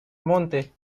monte